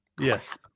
Yes